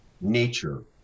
nature